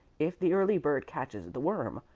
if the early bird catches the worm,